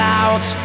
out